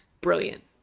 brilliant